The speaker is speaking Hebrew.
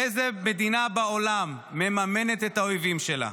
איזו מדינה בעולם מממנת את האויבים שלה?